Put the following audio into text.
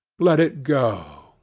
let it go,